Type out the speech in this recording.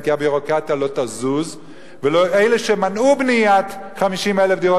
כי הביורוקרטיה לא תזוז ואלה שמנעו בניית 50,000 דירות